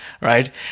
right